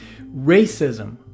racism